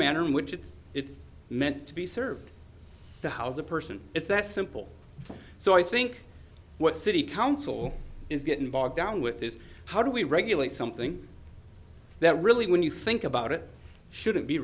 manner in which it's it's meant to be served the house the person it's that simple so i think what city council is getting bogged down with this how do we regulate something that really when you think about it shouldn't be